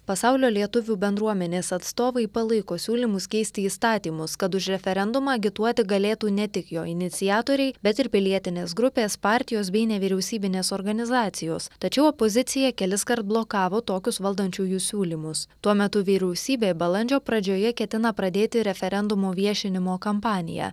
pasaulio lietuvių bendruomenės atstovai palaiko siūlymus keisti įstatymus kad už referendumą agituoti galėtų ne tik jo iniciatoriai bet ir pilietinės grupės partijos bei nevyriausybinės organizacijos tačiau opozicija keliskart blokavo tokius valdančiųjų siūlymus tuo metu vyriausybė balandžio pradžioje ketina pradėti referendumo viešinimo kampaniją